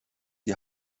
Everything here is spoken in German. die